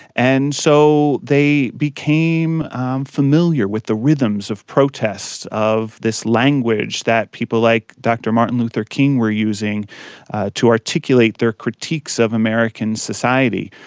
and so they became familiar with the rhythms of protest of this language that people like dr martin luther king were using to articulate their critiques of american society.